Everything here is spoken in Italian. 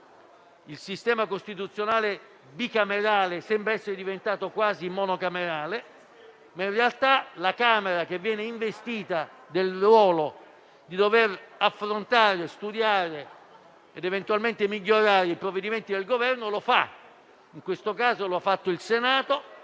il sistema costituzionale bicamerale sembra essere diventato quasi monocamerale, ma in realtà la Camera che viene investita del compito di affrontare, esaminare ed eventualmente migliorare i provvedimenti del Governo lo fa. In questo caso l'ha fatto il Senato.